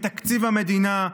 בתקציב המדינה,